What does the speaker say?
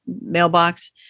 mailbox